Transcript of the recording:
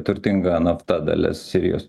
turtinga nafta dalis sirijos